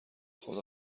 خدا